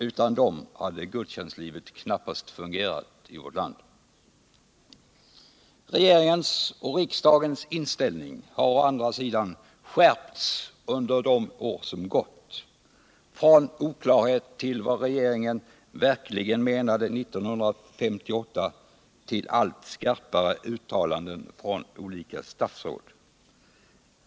Utan dem hade gudstjänstlivet knappast fungerat i vårt land. Regeringens och riksdagens inställning har å andra sidan skärpts under de år som gått — från oklarhet om vad regeringen verkligen menade 19538 till allt skarpare uttalanden från olika statsråd.